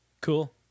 Cool